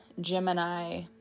Gemini